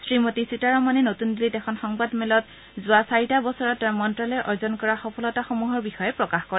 শ্ৰীমতী সীতাৰমণে নতুন দিল্লীত এখন সংবাদমেলত যোৱা চাৰিটা বছৰত তেওঁৰ মন্ত্ৰালয়ে অৰ্জন কৰা সফলতাসমূহৰ বিষয়ে প্ৰকাশ কৰে